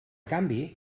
canvi